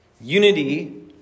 Unity